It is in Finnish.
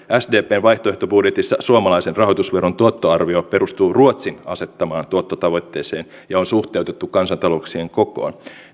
sdpn vaihtoehtobudjetissa suomalaisen rahoitusveron tuottoarvio perustuu ruotsin asettamaan tuottotavoitteeseen ja on suhteutettu kansantalouksien kokoon